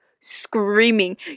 screaming